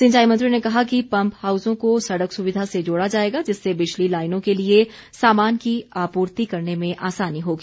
सिंचाई मंत्री ने कहा कि पंप हाउसों को सड़क सुविधा से जोड़ा जाएगा जिससे बिजली लाईनों के लिए सामान की आपूर्ति करने में आसानी होगी